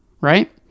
right